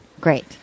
great